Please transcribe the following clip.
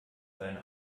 seine